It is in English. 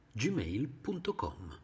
gmail.com